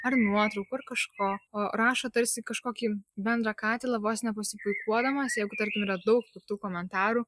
ar nuotraukų ar kažko o rašo tarsi kažkokį bendrą katilą vos ne pasipuikuodamas jeigu tarkim yra daug piktų komentarų